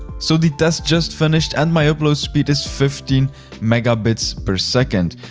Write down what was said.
so the just just finished and my upload speed is fifteen megabits per second.